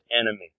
enemy